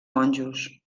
monjos